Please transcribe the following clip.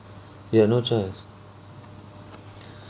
you had no choice